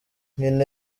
nyina